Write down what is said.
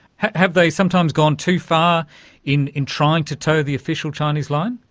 have they sometimes gone too far in in trying to toe the official chinese line?